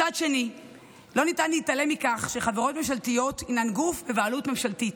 מצד שני לא ניתן להתעלם מכך שחברות ממשלתיות הינן גוף בבעלות ממשלתית,